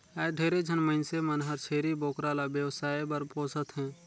आयज ढेरे झन मइनसे मन हर छेरी बोकरा ल बेवसाय बर पोसत हें